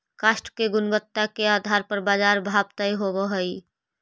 काष्ठ के गुणवत्ता के आधार पर बाजार भाव तय होवऽ हई